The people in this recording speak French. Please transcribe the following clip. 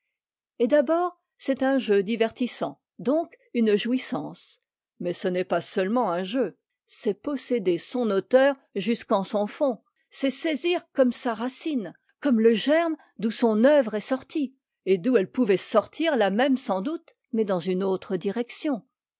d'abord c'est un jeu divertissant donc une jouissance mais ce n'est pas seulement un jeu c'est posséder son auteur jusqu'en son fond c'est saisir comme sa racine comme le germe d'où son œuvre est sortie et d'où elle pouvait sortir la même sans doute mais dans une autre direction